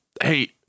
Hey